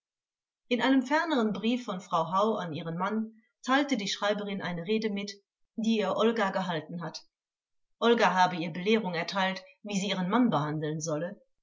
in einem ferneren brief von frau hau an ihren mann teilte die schreiberin eine rede mit die ihr olga gehalten hat olga habe ihr belehrung erteilt wie sie ihren mann behandeln solle